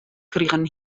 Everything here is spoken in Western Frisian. krigen